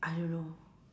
I don't know